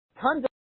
tons